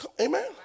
Amen